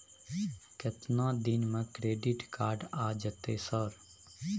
केतना दिन में क्रेडिट कार्ड आ जेतै सर?